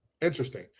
Interesting